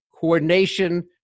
coordination